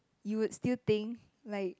you would still think lilke